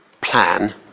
plan